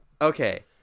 okay